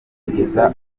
kugeza